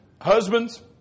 Husbands